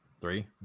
Three